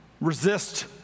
resist